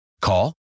Call